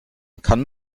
kann